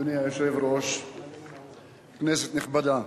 אדוני היושב-ראש, כנסת נכבדה,